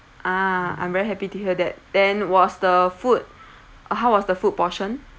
ah I'm very happy to hear that then was the food how was the food portion